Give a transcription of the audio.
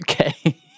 okay